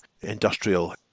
industrial